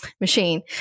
machine